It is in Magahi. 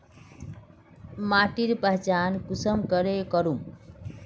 माटिर पहचान कुंसम करे करूम?